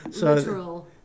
Literal